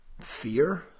fear